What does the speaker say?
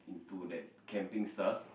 to that camping stuff